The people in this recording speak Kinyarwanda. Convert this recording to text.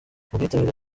ubwitabire